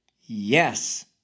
Yes